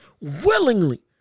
willingly